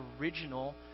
original